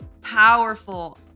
powerful